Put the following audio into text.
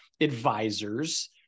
advisors